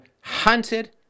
hunted